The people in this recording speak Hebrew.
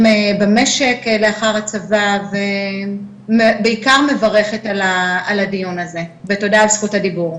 במשק לאחר הצבא ובעיקר מברכת על הדיון הזה ותודה על זכות הדיבור.